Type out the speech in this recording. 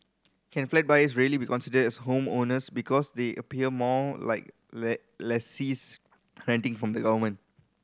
can flat buyers really be considered as homeowners because they appear more like lessees renting from the government